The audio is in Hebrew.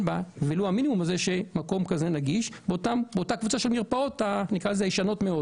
בה מקום כזה נגיש באותה קבוצה של מרפאות ישנות מאוד.